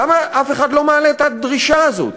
למה אף אחד לא מעלה את הדרישה הזאת?